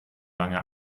lange